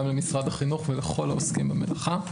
גם למשרד החינוך ולכל העוסקים במלאכה.